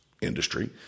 industry